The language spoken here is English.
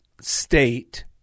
state